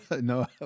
No